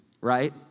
right